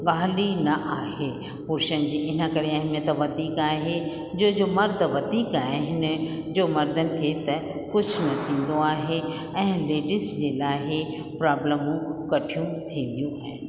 ॻाल्हि ई न आहे पुरुषनि जी इन करे अहमियत वधीक आहे जो जो मर्द वधीक आहिनि जो मर्दनि खे त कुझु न थींदो आहे ऐं लेडीस जे लाहे प्राबलमूं कठियूं थींदियूं आहिनि